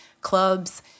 clubs